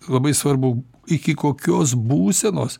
labai svarbu iki kokios būsenos